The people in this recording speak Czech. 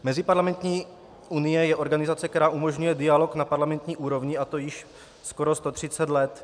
Meziparlamentní unie je organizace, která umožňuje dialog na parlamentní úrovni, a to již skoro 130 let.